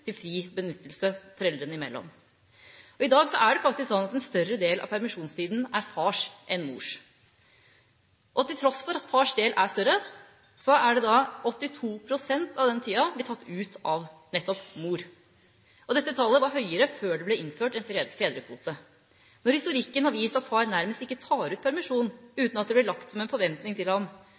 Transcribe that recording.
til fri benyttelse foreldrene imellom. I dag er det faktisk slik at far har en større del av permisjonstida enn mor. Til tross for at fars del er større, blir 82 pst. av permisjonstida tatt ut av nettopp mor. Dette tallet var høyere før det ble innført en fedrekvote. Når historikken har vist at far nærmest ikke tar ut permisjon uten at det blir lagt som en forventning til ham,